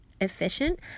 efficient